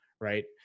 right